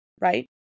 right